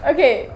Okay